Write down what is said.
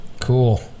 Cool